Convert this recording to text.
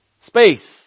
space